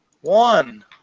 One